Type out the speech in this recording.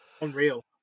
unreal